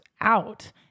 out